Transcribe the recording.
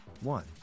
one